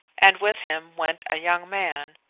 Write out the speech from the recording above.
and with him went a young man,